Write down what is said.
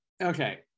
okay